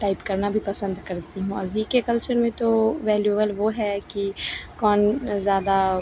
type करना भी पसंद करती हूँ अभी के कल्चर में तो वैल्यूएबल वह है कि कौन ज़्यादा